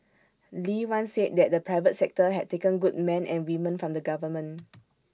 lee once said that the private sector had taken good men and women from the government